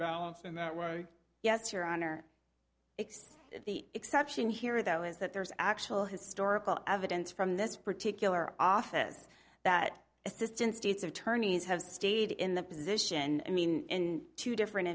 balance in that way yes your honor the exception here though is that there is actual historical evidence from this particular office that assistant state's attorneys have stayed in the position i mean in two different